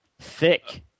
Thick